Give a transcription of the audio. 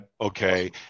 Okay